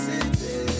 City